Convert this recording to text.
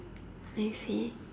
I see